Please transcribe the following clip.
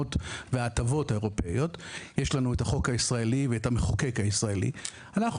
ההגנות וההטבות האירופיות אלא את החוק הישראלי ואת המחוקק הישראלי אנחנו